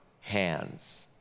hands